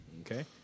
Okay